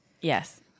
Yes